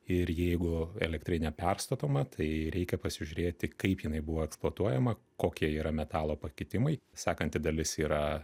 ir jeigu elektrinė perstatoma tai reikia pasižiūrėti kaip jinai buvo eksploatuojama kokie yra metalo pakitimai sekanti dalis yra